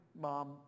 mom